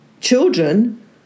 children